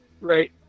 Right